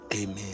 amen